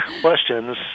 questions